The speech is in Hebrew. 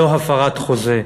זאת הפרת חוזה.